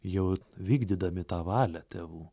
jau vykdydami tą valią tėvų